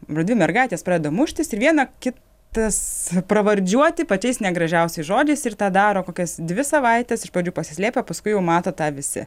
ar dvi mergaitės pradeda muštis ir viena kitas pravardžiuoti pačiais negražiausiais žodžiais ir tą daro kokias dvi savaites iš pradžių pasislėpę paskui jau mato tą visi